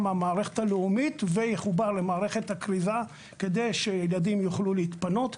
מהמערכת הלאומית ויחובר למערכת הכריזה כדי שילדים יוכלו להתפנות.